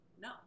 no